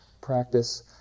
practice